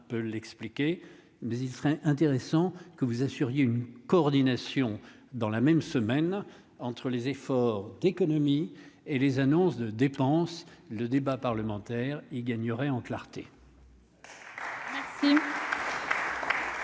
peut l'expliquer, mais il serait intéressant que vous assuriez une coordination dans la même semaine entre les efforts d'économie et les annonces de dépenses, le débat parlementaire y gagnerait en clarté. La